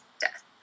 death